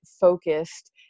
focused